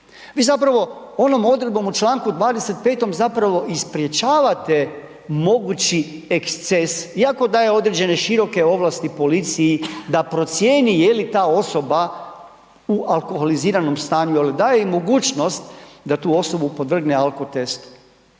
Vi zapravo onom odredbom u čl. 25. zapravo i sprječavate mogući eksces iako daje određene široke ovlasti policiji da procijeni je li ta osoba u alkoholiziranom stanju, al daje i mogućnost da tu osobu podvrgne alkotestu